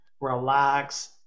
relax